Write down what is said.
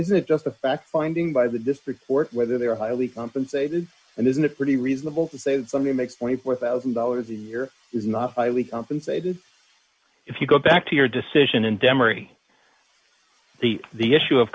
isn't just a fact finding by the district court whether they are highly compensated and isn't it pretty reasonable to say that somebody makes twenty four thousand dollars a year is not highly compensated if you go back to your decision in denmark the the issue of